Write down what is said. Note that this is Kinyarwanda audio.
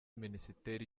minisiteri